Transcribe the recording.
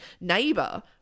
neighbor